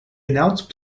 announced